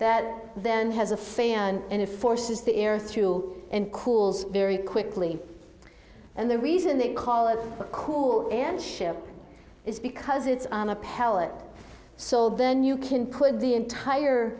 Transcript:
that then has a fan and it forces the air through and cools very quickly and the reason they call it a cool air ship is because it's on a pellet so then you can put the entire